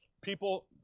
people